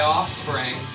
Offspring